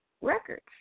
Records